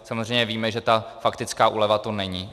Samozřejmě víme, že ta faktická úleva to není.